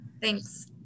Thanks